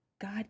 God